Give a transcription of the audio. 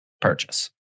purchase